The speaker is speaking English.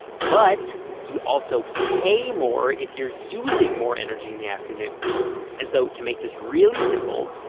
but you also pay more if you're using more energy in the afternoon and so to make this really simple,